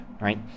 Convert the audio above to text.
right